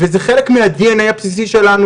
וזה חלק מהדנ"א הבסיסי שלנו.